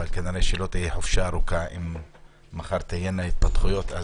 אבל כנראה שלא חופשה ארוכה אם מחר תהיינה התפתחויות,